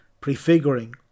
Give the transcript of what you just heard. prefiguring